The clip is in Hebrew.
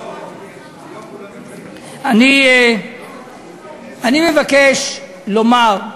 אני מבקש לומר,